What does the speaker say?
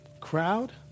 Crowd